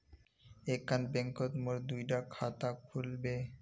एक खान बैंकोत मोर दुई डा खाता खुल बे?